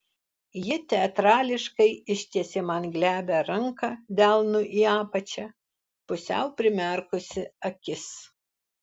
ji teatrališkai ištiesė man glebią ranką delnu į apačią pusiau primerkusi akis